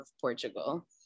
Portugal